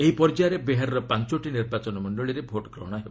ଏହି ପର୍ଯ୍ୟାୟରେ ବିହାରର ପାଞ୍ଚଟି ନିର୍ବାଚନ ମଣ୍ଡଳୀରେ ଭୋଟ୍ ଗ୍ରହଣ ହେବ